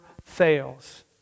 fails